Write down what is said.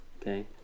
okay